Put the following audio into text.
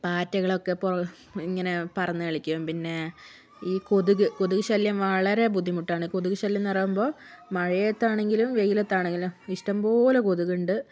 പാറ്റകളൊക്കെ ഇപ്പോൾ ഇങ്ങനെ പറന്നു കളിക്കും പിന്നെ ഈ കൊതുക് കൊതുകുശല്യം വളരെ ബുദ്ധിമുട്ടാണ് കൊതുക് ശല്യമെന്ന് പറയുമ്പോൾ മഴയത്താണെങ്കിലും വെയിലത്താണെങ്കിലും ഇഷ്ടംപോലെ കൊതുകുണ്ട്